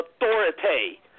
authority